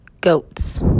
goats